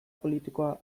politikoa